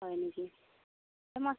হয় নেকি